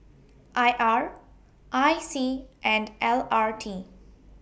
I R I C and L R T